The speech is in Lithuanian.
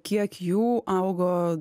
kiek jų augo